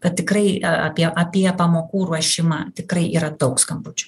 kad tikrai apie apie pamokų ruošimą tikrai yra daug skambučių